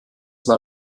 war